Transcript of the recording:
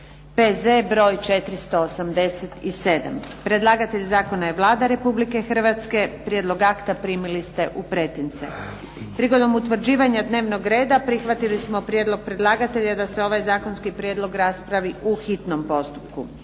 P.Z. br. 487. Predlagatelj Zakona je Vlada Republike Hrvatske, prijedlog akta primili ste u pretince. Prigodom utvrđivanja dnevnog reda prihvatili smo prijedlog predlagatelja da se ovaj Zakonski prijedlog raspravi u hitnom postupku.